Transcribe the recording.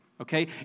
Okay